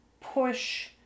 push